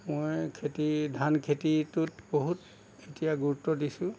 মই খেতি ধান খেতিটোত বহুত এতিয়া গুৰুত্ব দিছোঁ